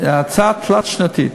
הציע הצעה תלת-שנתית: